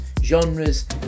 genres